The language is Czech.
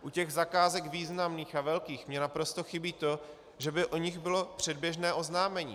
U těch zakázek významných a velkých mi naprosto chybí to, že by o nich bylo předběžné oznámení.